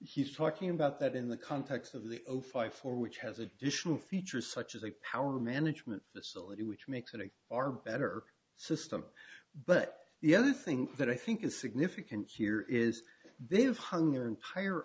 he's talking about that in the context of the fight for which has additional features such as a power management facility which makes it a are better system but the other thing that i think is significant here is they have hung their entire